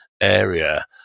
area